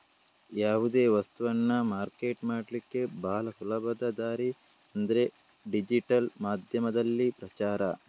ಯಾವುದೇ ವಸ್ತವನ್ನ ಮಾರ್ಕೆಟ್ ಮಾಡ್ಲಿಕ್ಕೆ ಭಾಳ ಸುಲಭದ ದಾರಿ ಅಂದ್ರೆ ಡಿಜಿಟಲ್ ಮಾಧ್ಯಮದಲ್ಲಿ ಪ್ರಚಾರ